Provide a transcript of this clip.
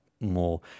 more